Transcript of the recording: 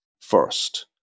First